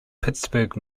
pittsburgh